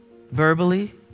verbally